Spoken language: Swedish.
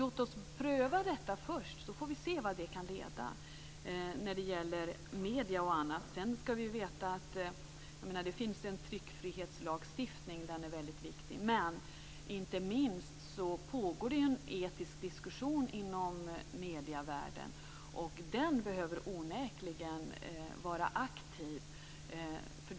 Låt oss alltså först pröva detta, så att vi får se vart det kan leda till när det gäller medier och annat. Vi har en tryckfrihetslagstiftning som är väldigt viktig. Inte minst pågår det inom medievärlden en etisk diskussion, som onekligen behöver vara aktiv.